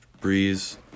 Breeze